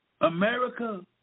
America